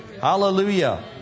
Hallelujah